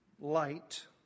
light